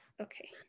Okay